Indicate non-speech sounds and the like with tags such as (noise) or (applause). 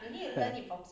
(noise)